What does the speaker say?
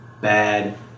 bad